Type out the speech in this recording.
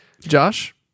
josh